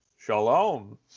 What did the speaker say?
Shalom